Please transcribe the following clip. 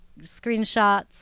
screenshots